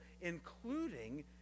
including